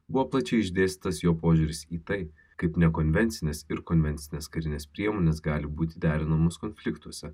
buvo plačiai išdėstytas jo požiūris į tai kaip nekonvencinis ir konvencinės karinės priemonės gali būti derinamos konfliktuose